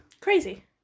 Crazy